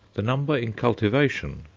the number in cultivation,